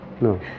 No